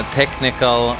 technical